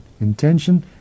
Intention